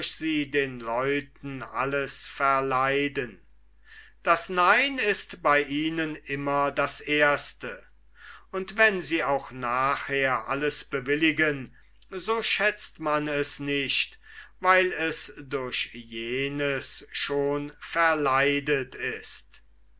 sie den leuten alles verleiden das nein ist bei ihnen immer das erste und wenn sie auch nachher alles bewilligen so schätzt man es nicht weil es durch jenes schon verleidet ist